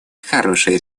хорошие